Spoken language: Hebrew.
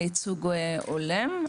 לייצוג הולם,